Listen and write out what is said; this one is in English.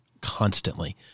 constantly